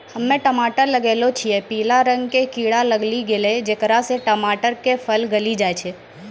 हम्मे टमाटर लगैलो छियै पीला रंग के कीड़ा लागी गैलै जेकरा से टमाटर के फल गली जाय छै?